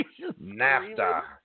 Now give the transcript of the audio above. NAFTA